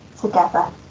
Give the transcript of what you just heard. together